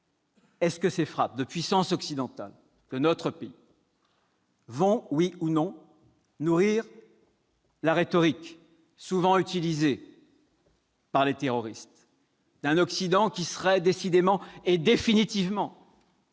: ces frappes de puissances occidentales, dont notre pays, vont-elles oui ou non nourrir la rhétorique, souvent utilisée par les terroristes, d'un Occident qui serait, décidément et définitivement,